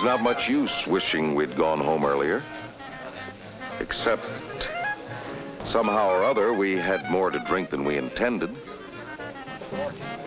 there's not much use wishing we've gone home earlier except somehow or other we had more to drink than we intended